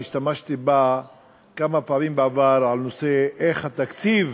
אני השתמשתי בה כמה פעמים בעבר בנושא איך התקציב,